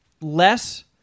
less